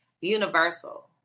universal